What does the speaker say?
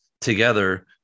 together